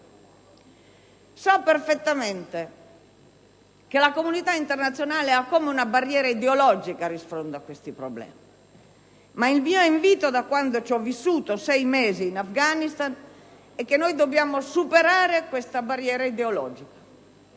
So perfettamente che la comunità internazionale ha come una barriera ideologica a rispondere a questi problemi, ma il mio invito, da quando ho vissuto per sei mesi in Afghanistan, è volto a superare tale barriera.